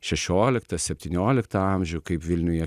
šešioliktą septynioliktą amžių kaip vilniuje